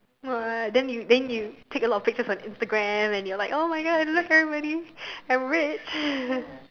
what then you then you take a lot of pictures for Instagram and you're like !oh-my-God! look everybody I'm rich